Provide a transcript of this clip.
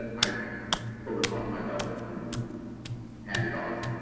i pull it off my belt and hand it off.